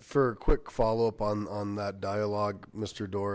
for a quick follow up on that dialogue mister door